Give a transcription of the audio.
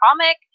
comic